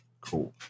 cool